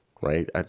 right